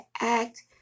act